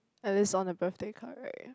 at least on the birthday card right